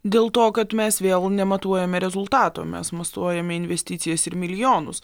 dėl to kad mes vėl nematuojame rezultatų mes mosuojame investicijas ir milijonus